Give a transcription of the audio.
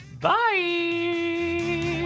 bye